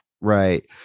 Right